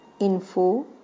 info